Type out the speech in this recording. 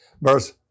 verse